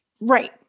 right